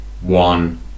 one